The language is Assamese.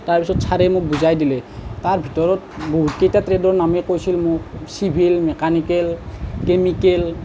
তাৰ পাছত চাৰে মোক বুজাই দিলে তাৰ ভিতৰত বহুতকেইটা ট্ৰেডৰ নামেই কৈছে মোক চিভিল মেকানিকেল কেমিকেল